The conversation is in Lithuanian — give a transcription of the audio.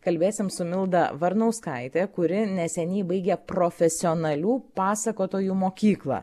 kalbėsim su milda varnauskaite kuri neseniai baigė profesionalių pasakotojų mokyklą